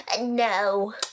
No